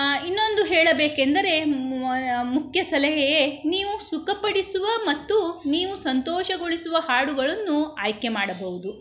ಇನ್ನೊಂದು ಹೇಳಬೇಕೆಂದರೆ ಮುಖ್ಯ ಸಲಹೆಯೇ ನೀವು ಸುಖಪಡಿಸುವ ಮತ್ತು ನೀವು ಸಂತೋಷಗೊಳಿಸುವ ಹಾಡುಗಳನ್ನು ಆಯ್ಕೆ ಮಾಡಬೌದು